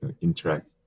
interact